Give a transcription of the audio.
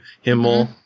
Himmel